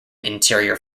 interior